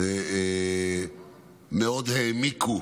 מאוד העמיקו